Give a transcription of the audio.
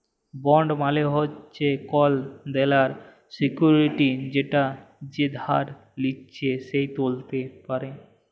bond মালে হচ্যে কল দেলার সিকুইরিটি যেটা যে ধার লিচ্ছে সে ত্যুলতে পারে